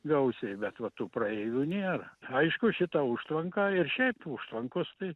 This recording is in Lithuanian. gausiai bet va tų praeivių nėra aišku šitą užtvanką ir šiaip užtvankos tai